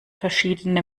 verschiedene